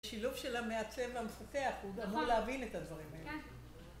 שילוב של המעצב והמפתח הוא אמור להבין את הדברים האלה